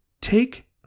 take